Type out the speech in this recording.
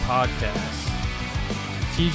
Podcast